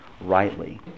rightly